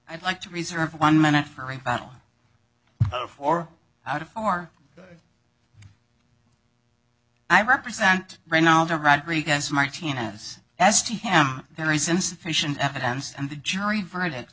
i'd like to reserve one minute for a final four out of four i represent right now to rodriguez martinez as to him there is insufficient evidence and the jury verdict